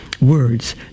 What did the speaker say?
words